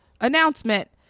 Announcement